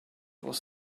was